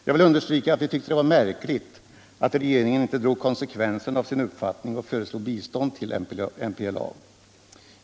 Jag vill understryka att vi tyckte det var märkligt all regeringen inte drog konsekvensen av sin uppfattning och föreslog bistånd till MPLA.